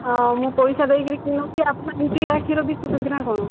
ହଁ ମୁଁ ପଇସା ଦେଇକିରି କିଣୁଛି ଆପଣ ଏମିତିକା କ୍ଷୀର ବିକୁଛନ୍ତି ନା କଣ